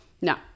no